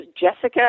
Jessica